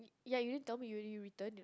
ya you didn't tell me you already return